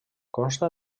consta